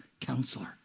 counselor